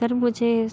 sir मुझे